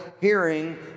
hearing